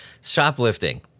Shoplifting